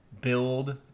build